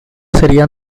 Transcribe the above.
sería